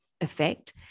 effect